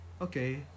okay